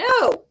no